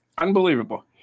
Unbelievable